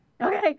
Okay